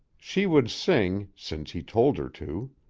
she would sing, since he told her to,